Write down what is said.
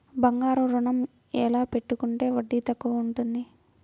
బంగారు ఋణం ఎలా పెట్టుకుంటే వడ్డీ తక్కువ ఉంటుంది?